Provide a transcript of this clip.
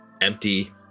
empty